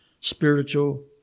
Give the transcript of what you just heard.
spiritual